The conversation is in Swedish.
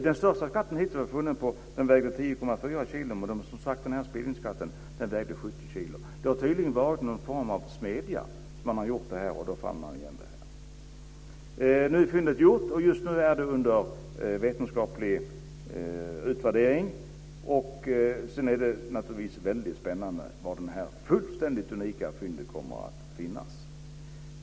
Den största skatten hittills vägde 10,4 kilo, men Spillingsskatten vägde 70 kilo. Skatten hittades i det som tydligen hade varit en smedja. Just nu är fyndet under vetenskaplig utvärdering. Sedan är det spännande var detta fullständigt unika fynd kommer att finnas.